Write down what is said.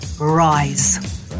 rise